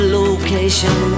location